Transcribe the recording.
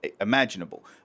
imaginable